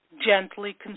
Gently